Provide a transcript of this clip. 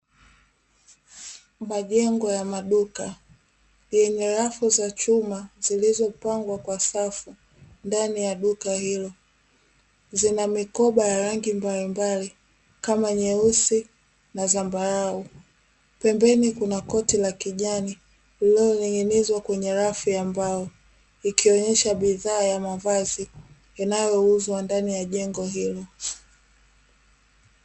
Majengo ya maduka yenye rafu za chuma, zilizopangwa kwa safu ndani ya duka hilo, zina mikoba ya rangi mbalimbali kama nyeusi na zambarau. Pembeni kuna koti la kijani, lililoning’ning’inizwa kwenye rafu ya mbao, ikionyesha bidhaa za mavazi, inayouzwa ndani ya jengo hilo.